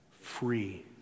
free